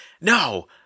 no